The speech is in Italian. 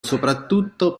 soprattutto